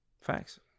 Facts